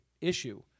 issue